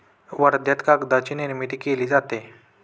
वर्ध्यात कागदाची निर्मिती केली जाते